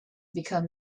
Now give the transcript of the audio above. become